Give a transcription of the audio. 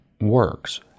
works